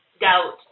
doubt